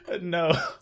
No